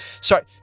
Sorry